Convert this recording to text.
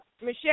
Michelle